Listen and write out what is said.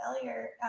failure